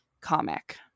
comic